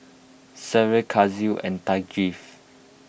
Syed Kasih and Thaqif